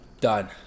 Done